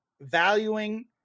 valuing